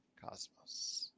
Cosmos